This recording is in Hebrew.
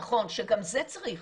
נכון שגם זה צריך,